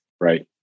right